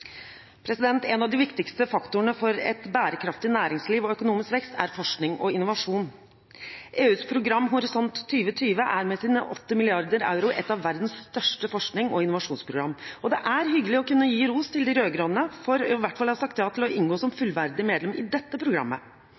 En av de viktigste faktorene for et bærekraftig næringsliv og økonomisk vekst er forskning og innovasjon. EUs program Horisont 2020 er med sine 80 mrd. euro et av verdens største forsknings- og innovasjonsprogram. Det er hyggelig å kunne gi ros til de rød-grønne for i hvert fall å ha sagt ja til å inngå som fullverdig medlem i dette programmet.